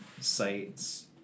sites